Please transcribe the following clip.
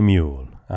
Mule